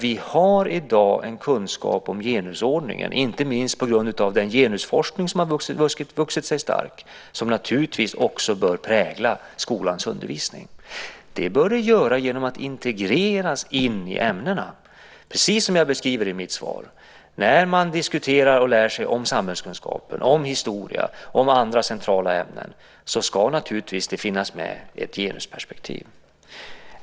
Vi har i dag en kunskap om genusordningen, inte minst på grund av den genusforskning som har vuxit sig stark och som naturligtvis också bör prägla skolans undervisning. Det bör det göra genom att integreras in i ämnena. Precis som jag beskriver i mitt svar: När man diskuterar och lär sig om samhällskunskap, om historia och om andra centrala ämnen ska det naturligtvis finnas med ett genusperspektiv.